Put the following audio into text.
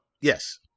Yes